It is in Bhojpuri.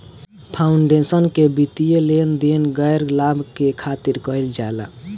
फाउंडेशन के वित्तीय लेन देन गैर लाभ के खातिर कईल जाला